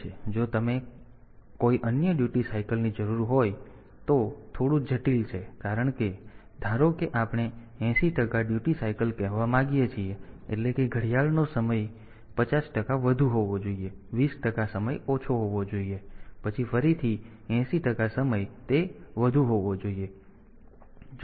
તેથી જો તમને કોઈ અન્ય ડ્યુટી સાયકલની જરૂર હોય તો અલબત્ત તે થોડું જટિલ છે કારણ કે ધારો કે આપણે 80 ટકાનું ડ્યુટી સાયકલ કહેવા માંગીએ છીએ એટલે કે ઘડિયાળનો 80 ટકા સમય વધુ હોવો જોઈએ 20 ટકા સમય ઓછો હોવો જોઈએ પછી ફરીથી 80 ટકા સમય તે ઊંચું હોવું જોઈએ